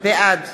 בעד